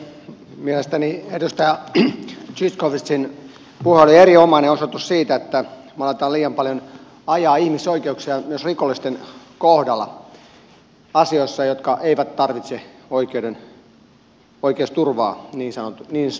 mielestäni edustaja zyskowiczin puhe oli erinomainen osoitus siitä että me alamme liian paljon ajaa ihmisoikeuksia myös rikollisten kohdalla asioissa jotka eivät tarvitse oikeusturvaa niin kutsuakseni